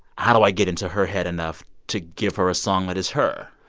how do i get into her head enough to give her a song that is her?